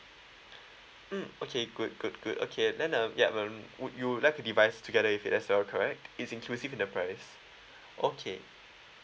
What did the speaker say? mm okay good good good okay and then yup um would you like to devise together with the S_L correct it's inclusive in the price okay